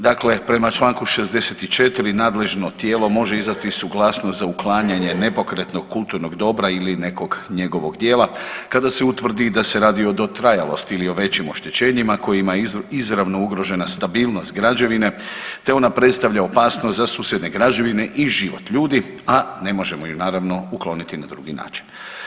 Dakle, prema Članku 64. nadležno tijelo može izdati suglasnost za uklanjanje nepokretnog kulturnog dobra ili nekog njegovog dijela kada se utvrdi da se radi o dotrajalosti ili o većim oštećenjima kojima je izravno ugrožena stabilnost građevine te ona predstavlja opasnost za susjedne građevine i život ljudi, a ne možemo ju naravno ukloniti na drugi način.